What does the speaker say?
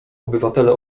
obywatele